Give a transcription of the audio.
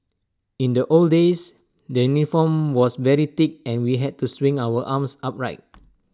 in the old days the uniform was very thick and we had to swing our arms upright